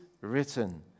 written